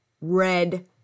red